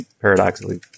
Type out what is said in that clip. paradoxically